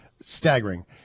Staggering